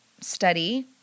study